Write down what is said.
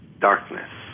darkness